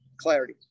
clarity